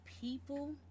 people